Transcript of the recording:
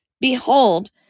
Behold